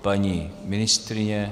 Paní ministryně?